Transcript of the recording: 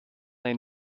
ein